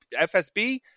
FSB